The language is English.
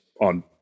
on